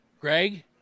Greg